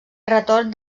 retorn